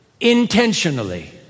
intentionally